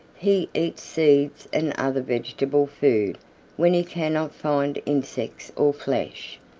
he eats seeds and other vegetable food when he cannot find insects or flesh.